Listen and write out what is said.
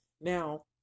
Now